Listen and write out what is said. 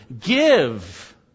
Give